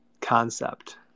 concept